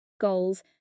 goals